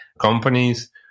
companies